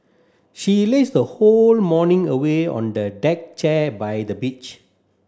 she lazed her whole morning away on the deck chair by the beach